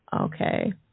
okay